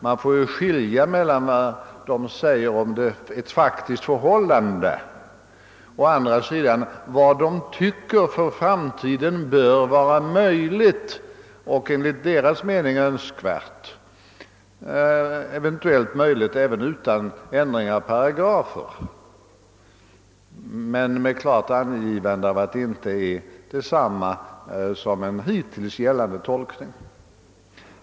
Man får ju skilja mellan vad som sägs om ett faktiskt förhållande å ena sidan och å andra sidan vad författningsutredningen tycker bör för framtiden vara önskvärt och möjligt — eventuellt utan ändring av paragrafer men med klart angivande av att den tolkningen inte är densamma som den hittills gällande.